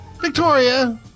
Victoria